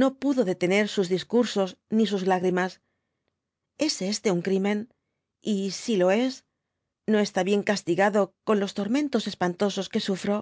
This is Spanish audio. no pudo detener sus discunsos ni las lágrimas es este un crimen y si lo es no está bien castigado con los tormentos espantosos que sufro